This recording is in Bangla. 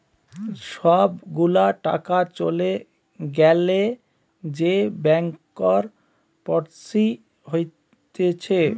সব গুলা টাকা চলে গ্যালে যে ব্যাংকরপটসি হতিছে